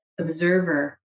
observer